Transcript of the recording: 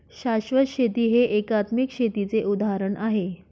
शाश्वत शेती हे एकात्मिक शेतीचे उदाहरण आहे